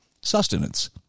sustenance